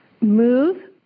move